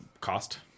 Cost